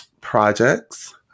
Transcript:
projects